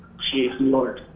geez, lord.